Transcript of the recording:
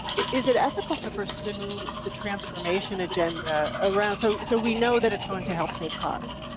is it ethical to pursue the transformation agenda around so so we know that it's going to help save costs.